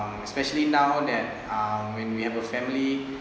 um especially now that um when we have a family